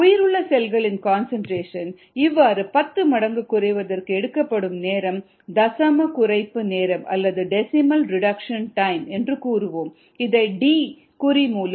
உயிருள்ள செல்களின் கன்சன்ட்ரேஷன் இவ்வாறு 10 மடங்கு குறைவதற்கு எடுக்கப்பட்ட நேரம் தசம குறைப்பு நேரம் அல்லது டெசிமல் ரெடக்ஷன் டைம் என்று கூறுவோம் இதை D குறி மூலம் வெளிப்படுத்துவோம்